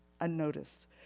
unnoticed